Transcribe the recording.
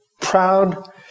proud